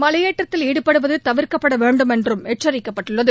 மலையேற்றத்தில் ஈடுபடுவது தவிர்க்கப்பட வேண்டும் என்றும் எச்சரிக்கப்பட்டுள்ளது